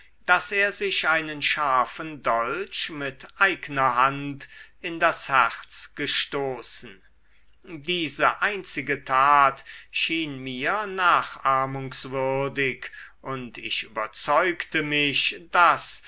daß er sich einen scharfen dolch mit eigner hand in das herz gestoßen diese einzige tat schien mir nachahmungswürdig und ich überzeugte mich daß